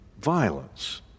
violence